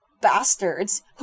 bastards